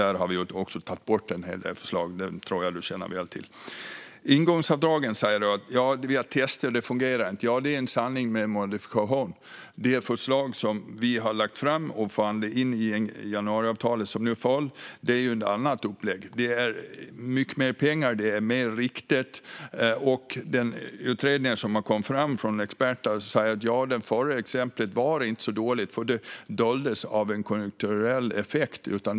Där har vi också tagit bort en hel del förslag. Det tror jag att du känner till väl, Jan Ericson. Jan Ericson, du säger att vi har testat ingångsavdragen och att de inte fungerar. Det är en sanning med modifikation. Det förslag om ingångsavdrag som vi har lagt fram i januariavtalet och som nu har fallit är ett annat upplägg. Det handlar om mycket mer pengar, och det är mer riktat. I utredningar från experter sägs att det förra exemplet inte var så dåligt - det doldes av en konjunkturell effekt.